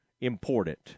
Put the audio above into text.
important